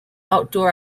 outdoor